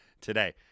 today